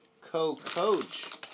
co-coach